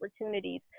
opportunities